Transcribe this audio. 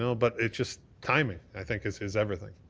so but it's just timing i think is is everything.